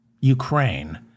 Ukraine